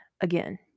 again